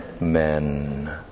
men